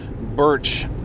Birch